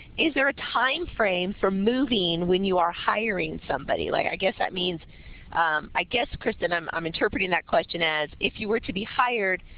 is there a time frame for moving when you are hiring somebody there? like i guess that means i guess, kristen, i'm i'm interpreting that question as if you were to be hired,